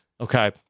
Okay